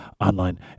online